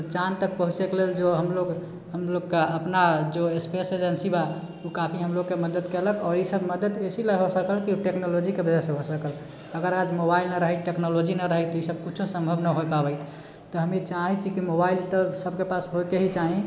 तऽ चाँद तक पहुँचेके लेल जो हम लोग हम लोग का अपना जो स्पेस एजेन्सी बा ओ काफी हम लोगके मदद केलक आओर इसभ मदद इसीलिए हो सकल कि टेक्नोलॉजीके वजहसँ भए सकल अगर आज मोबाइल नहि रहै टेक्नोलॉजी नहि रहै तऽ ई सभ किछु सम्भव नहि हो पाबैत तऽ हम ई चाहैत छी कि मोबाइल तऽ सभके पास होइके ही चाही